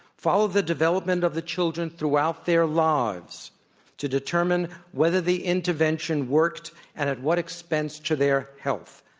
follow the development of the children throughout their lives to determine whether the intervention worked and at what expense to their health.